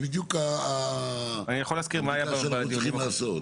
זו בדיקה שאנחנו צריכים לעשות.